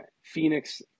Phoenix